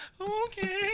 okay